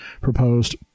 proposed